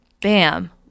Bam